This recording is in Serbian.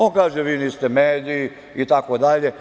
On kaže – vi niste mediji, itd.